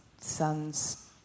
sons